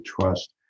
trust